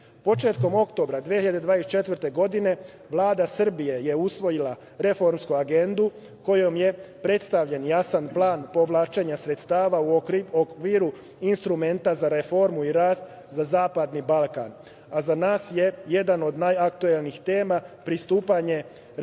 agende. Početkom oktobra 2024. godine, Vlada Srbije je usvojila Reformsku agendu, kojom je predstavljen jasan plan povlačenja sredstava u okviru instrumenta za reformu i rast za Zapadni Balkan. Za nas je jedna od najaktuelnijih tema pristupanje Republike